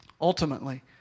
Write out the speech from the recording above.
Ultimately